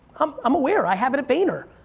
um i'm aware, i have it at vayner.